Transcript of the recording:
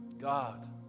God